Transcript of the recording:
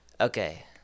Okay